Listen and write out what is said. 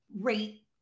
rate